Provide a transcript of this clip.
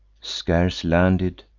scarce landed,